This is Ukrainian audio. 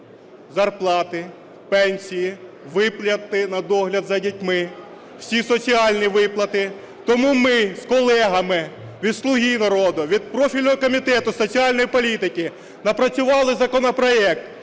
зарплати, пенсії, виплати на догляд за дітьми, всі соціальні виплати. Тому ми з колегами від "Слуга народу", від профільного Комітету соціальної політики напрацювали законопроект